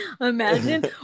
Imagine